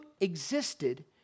existed